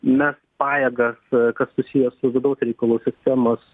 mes pajėgas kas susiję su vidaus reikalų sistemos